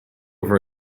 for